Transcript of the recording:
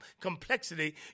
complexity